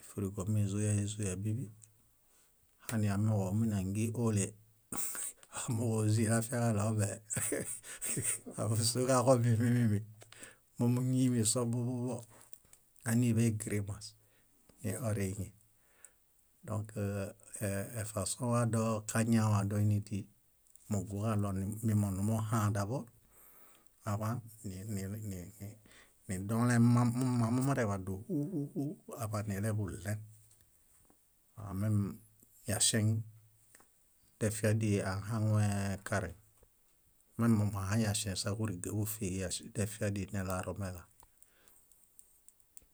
éfrigo mézoyaezoyamimi hani amooġo mínangiole « rire » amooġo ózii nafiaġaɭo ome ámusuġaġomimimimi, mómuñuumi sobubububo, ániḃe igrimas ni oriiŋi. Dõk efasõwa doo kañawa dóinidii. mugũġaɭo mimonumuhã dabor, aḃaan ni- ni- ni- ni- nidolemamo mma mumureḃado húhuhu aḃanileḃuɭẽ. amem yaŝeŋ défiadi ahaŋuee kareŋ memohãyaŝẽsa kúriga, kúfiġi défiadii nelaromelaa.